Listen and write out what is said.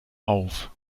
auf